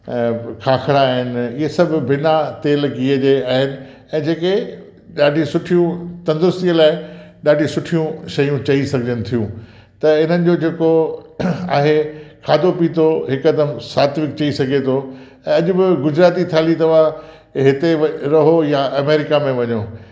ऐं खाखरा आहिनि इहे सभु बिना तेलु गिहु जे आहिनि ऐं जेके ॾाढी सुठियूं तंदुरुस्तीअ लाइ ॾाढी सुठियूं शयूं चई सघजनि थियूं त इन्हनि जो जेको आहे खाधो पीतो हिकदमि सात्विक चई सधिजे थो ऐं अॼु बि गुजराती थाल्ही तव्हां हिते व रहो या अमेरिका में वञो